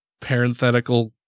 parenthetical